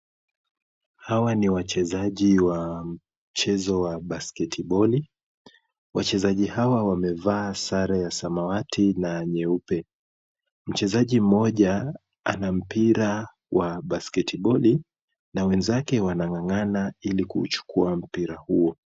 Hawa ni wachezaji wa mchezo wa basketiboli, wachezaji hawa wamevaa sare ya samawati na nyeupe. Mchezaji mmoja ana mpira wa basketiboli na wenzake wanang'ang'ana ili kuuchukua mpira huo.